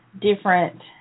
different